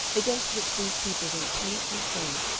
against which these people went to and fro,